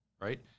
right